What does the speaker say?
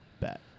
Bet